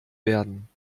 werden